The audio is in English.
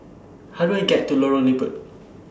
How Do I get to Lorong Liput